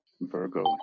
Virgo